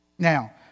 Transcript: Now